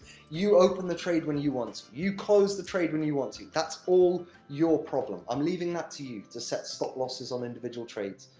you open the trade when you want to, you close the trade when you you want to that's all your problem. i'm leaving that to you to set stop losses on individual trades,